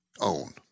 own